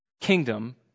kingdom